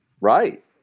Right